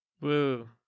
Woo